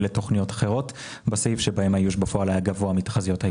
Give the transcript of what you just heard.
לתכניות אחרות בסעיף בו האיוש היה גבוה מתחזיות האיוש.